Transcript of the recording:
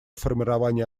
формирование